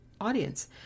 audience